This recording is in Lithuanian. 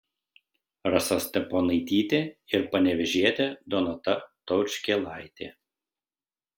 rasa steponaitytė ir panevėžietė donata taučkėlaitė